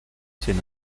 sin